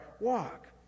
walk